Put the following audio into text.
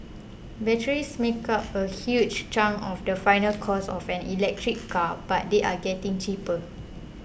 batteries make up a huge chunk of the final cost of an electric car but they are getting cheaper